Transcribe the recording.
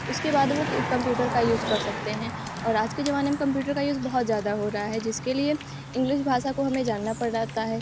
उसके बाद वो कम्प्यूटर का यूज़ कर सकते हैं और आज के ज़माने में कम्प्यूटर का यूज़ बहुत ज़्यादा हो रहा है जिसके लिए इंग्लिस भाषा को हमें जानना पड़ जाता है